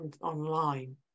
online